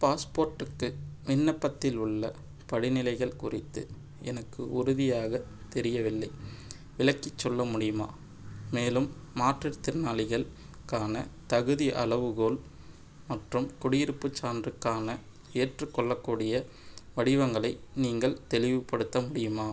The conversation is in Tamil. பாஸ்போர்ட்டுக்கு விண்ணப்பத்தில் உள்ள படிநிலைகள் குறித்து எனக்கு உறுதியாக தெரியவில்லை விளக்கிச் சொல்ல முடியுமா மேலும் மாற்றுத்திறனாளிகள் க்கான தகுதி அளவுகோல் மற்றும் குடியிருப்புச் சான்றுக்கான ஏற்றுக்கொள்ளக்கூடிய வடிவங்களை நீங்கள் தெளிவுபடுத்த முடியுமா